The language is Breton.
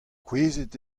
kouezhet